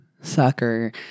sucker